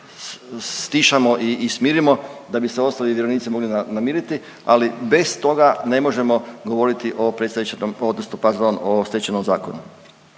stišamo i smirimo da bi se ostali vjerovnici mogli namiriti, ali bez toga ne možemo govoriti o predstečajnom odnosno pardon o Stečajnom zakonu.